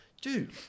Dude